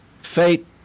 Fate